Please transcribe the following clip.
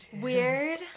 Weird